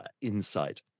insight